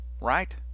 right